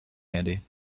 handy